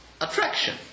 attraction